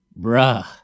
bruh